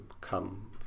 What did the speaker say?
come